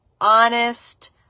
honest